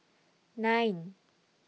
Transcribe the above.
nine